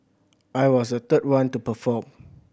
I was the third one to perform